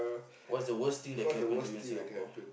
what's the worst thing that can happen to you in Singapore